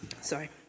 sorry